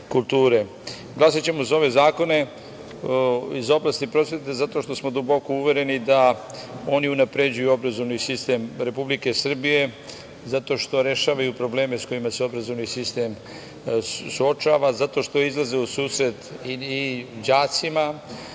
kulture. Glasaćemo za ove zakone iz oblasti prosvete zato što smo duboko uvereni da oni unapređuju obrazovni sistem Republike Srbije, zato što rešavaju probleme sa kojima se obrazovni sistem suočava, zato što izlaze u susret i đacima